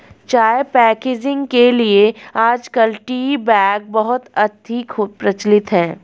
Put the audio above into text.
चाय पैकेजिंग के लिए आजकल टी बैग्स बहुत अधिक प्रचलित है